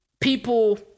People